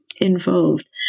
involved